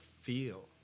feel